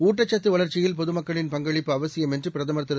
ஊட்டச்சத்துவளர்ச்சியில்பொதுமக்களின்பங்களிப்புஅ வசியம்என்றுபிரதமர்திரு